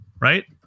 Right